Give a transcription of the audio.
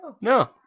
No